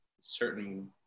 certain